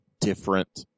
different